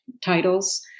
titles